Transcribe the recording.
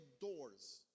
doors